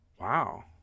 wow